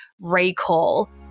recall